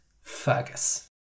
Fergus